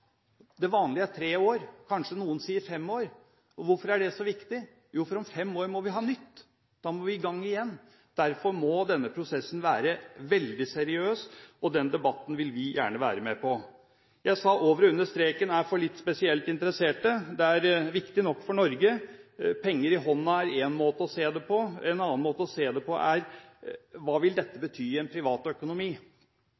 Det vanlige er tre år, kanskje noen sier fem år. Hvorfor er det så viktig? Om fem år må vi ha nytt, da må vi i gang igjen. Derfor må denne prosessen være veldig seriøs, og den debatten vil vi gjerne være med på. Jeg sa at over og under streken er for litt spesielt interesserte. Det er viktig nok for Norge. Penger i hånda er én måte å se det på. En annen måte å se det på er: Hva vil dette